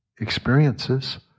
experiences